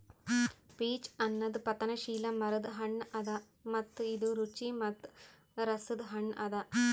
peach ಅನದ್ ಪತನಶೀಲ ಮರದ್ ಹಣ್ಣ ಅದಾ ಮತ್ತ ಇದು ರುಚಿ ಮತ್ತ ರಸದ್ ಹಣ್ಣ ಅದಾ